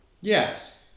Yes